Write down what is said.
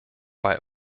bei